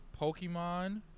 Pokemon